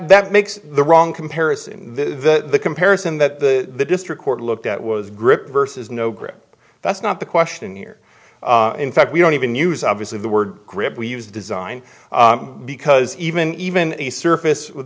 that makes the wrong comparison the comparison that the district court looked at was grip versus no grip that's not the question here in fact we don't even use obviously the word grip we use design because even even a surface